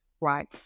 right